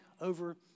over